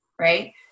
right